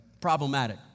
problematic